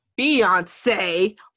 beyonce